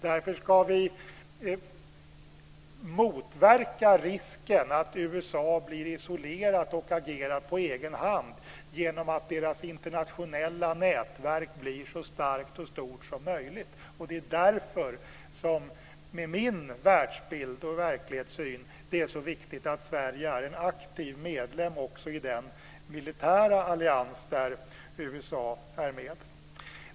Därför ska vi motverka risken att USA blir isolerat och agerar på egen hand genom att se till att deras internationella nätverk blir så starkt och stort som möjligt. Det är därför som det med min världsbild och verklighetssyn är så viktigt att Sverige är en aktiv medlem också i den militära allians där USA är med.